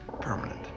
permanent